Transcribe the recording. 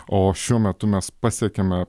o šiuo metu mes pasiekėme